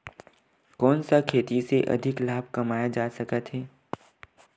कोन सा खेती से अधिक लाभ कमाय जा सकत हे?